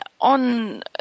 on